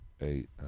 Eight